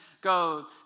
go